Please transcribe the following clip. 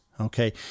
Okay